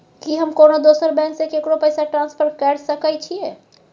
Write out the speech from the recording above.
की हम कोनो दोसर बैंक से केकरो पैसा ट्रांसफर कैर सकय छियै?